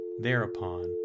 Thereupon